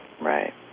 Right